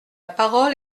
parole